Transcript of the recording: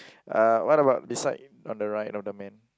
uh what about this side on the right of the man